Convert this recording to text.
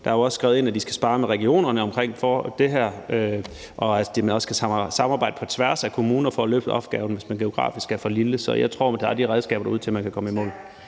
Der er jo også skrevet ind i aftalen, at de skal spare med regionerne om det her, og at kommunerne også skal samarbejde med hinanden på tværs for at løfte opgaven, hvis kommunen geografisk er for lille. Så jeg tror, at der er de redskaber derude til at komme i mål.